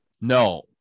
No